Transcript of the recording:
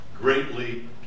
greatly